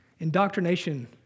Indoctrination